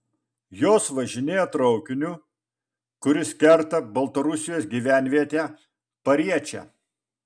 jos važinėja traukiniu kuris kerta baltarusijos gyvenvietę pariečę